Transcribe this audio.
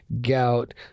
gout